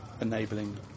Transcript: enabling